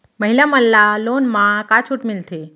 महिला मन ला लोन मा का छूट मिलथे?